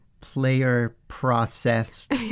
Player-processed